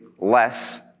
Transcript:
less